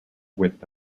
width